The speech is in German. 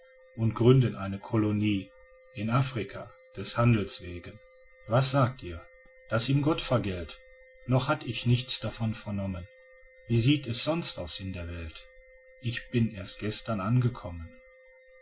und gründet eine kolonie in afrika des handels wegen was sagt ihr daß ihm gott vergelt noch hatt ich nichts davon vernommen wie sieht es sonst aus in der welt ich bin erst gestern angekommen